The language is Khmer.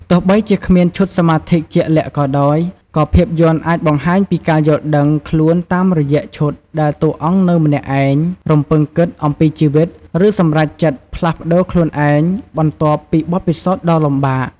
ទោះបីជាគ្មានឈុតសមាធិជាក់លាក់ក៏ដោយ ក៏ភាពយន្តអាចបង្ហាញពីការយល់ដឹងខ្លួនតាមរយៈឈុតដែលតួអង្គនៅម្នាក់ឯង រំពឹងគិតអំពីជីវិត ឬសម្រេចចិត្តផ្លាស់ប្ដូរខ្លួនឯងបន្ទាប់ពីបទពិសោធន៍ដ៏លំបាក។